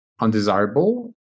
Undesirable